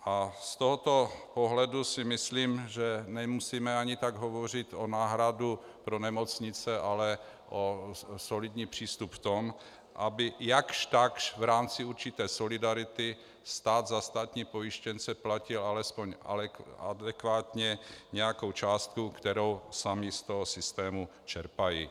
Z tohoto pohledu si myslím, že nemusíme ani tak hovořit o náhradě pro nemocnice, ale o solidním přístupu v tom, aby jakž takž v rámci určité solidarity stát za státní pojištěnce platil alespoň adekvátně nějakou částku, kterou sami z toho systému čerpají.